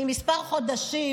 אני כמה חודשים,